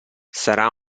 sarà